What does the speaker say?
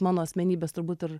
mano asmenybės turbūt ir